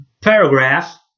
paragraph